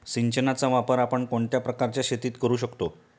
सिंचनाचा वापर आपण कोणत्या प्रकारच्या शेतीत करू शकतो?